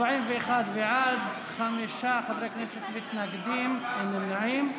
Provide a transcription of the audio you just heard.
41 בעד, חמישה חברי הכנסת מתנגדים, אין נמנעים.